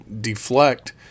deflect